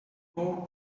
grow